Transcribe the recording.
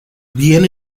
bien